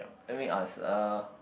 let me ask uh